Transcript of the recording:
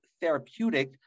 therapeutic